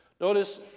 Notice